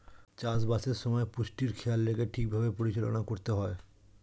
চাষ বাসের সময় পুষ্টির খেয়াল রেখে ঠিক ভাবে পরিচালনা করতে হয়